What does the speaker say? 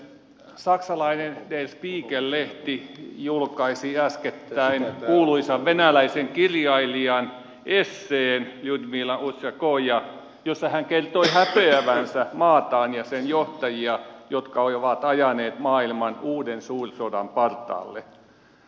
saksalainen der spiegel lehti julkaisi äskettäin kuuluisan venäläisen kirjailijan ljudmila ulitskajan esseen jossa hän kertoi häpeävänsä maataan ja sen johtajia jotka ovat ajaneet maailman uuden suursodan partaalle